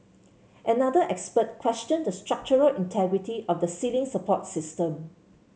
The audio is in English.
another expert questioned the structural integrity of the ceiling support system